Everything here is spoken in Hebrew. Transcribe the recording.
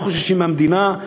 לא חוששים מהמדינה.